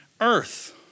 earth